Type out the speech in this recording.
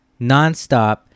Nonstop